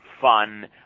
fun